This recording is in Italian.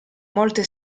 molte